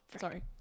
sorry